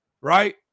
right